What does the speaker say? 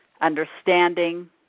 understanding